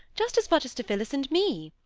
just as much as to phillis and me.